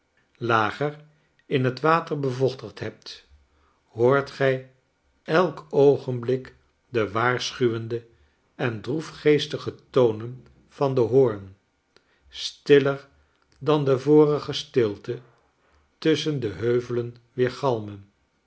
in het water bevochtigd hebt hoort gij elk oogenblik de waarschuwende en droefgeestige tonen van de hoorn stiller dan de vorige stilte tusschen de heuvelen